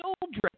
children